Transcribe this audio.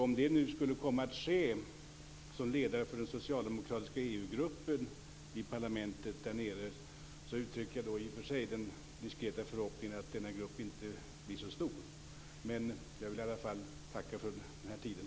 Om det nu skulle komma att ske, som ledare för den socialdemokratiska EU-gruppen i parlamentet, uttrycker jag i och för sig den diskreta förhoppningen att denna grupp inte blir så stor. Jag vill i alla fall tacka för den här tiden.